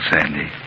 Sandy